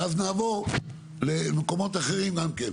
ואז נעבור למקומות אחרים גם כן,